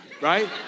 right